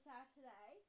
Saturday